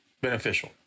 beneficial